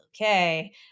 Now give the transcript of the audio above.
Okay